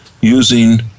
using